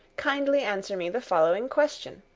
kindly answer me the following question.